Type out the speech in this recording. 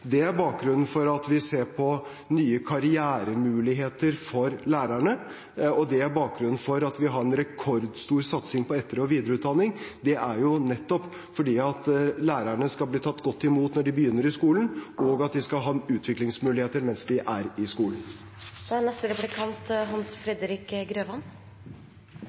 Det er bakgrunnen for at vi ser på nye karrieremuligheter for lærerne, og det er bakgrunnen for at vi har en rekordstor satsing på etter- og videreutdanning. Det er nettopp fordi lærerne skal bli tatt godt imot når de begynner i skolen, og at de skal ha utviklingsmuligheter mens de er i skolen. I dag drøfter vi situasjonen i skolen med tanke på at det er